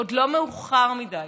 עוד לא מאוחר מדי